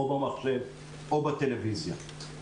במחשב או בטלוויזיה.